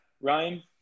Ryan